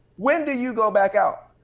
when do you go back out?